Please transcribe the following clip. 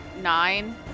Nine